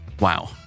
Wow